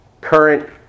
current